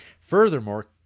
Furthermore